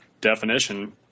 definition